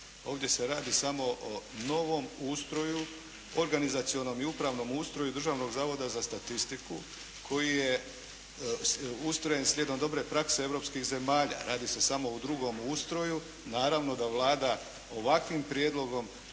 Ovdje se radi samo o novom ustroju, organizacionom i upravnom ustroju Državnog zavoda za statistiku koji je ustrojen slijedom dobre prakse europskih zemalja. Radi se samo o drugom ustroju. Naravno da Vlada ovakvim prijedlogom